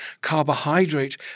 Carbohydrate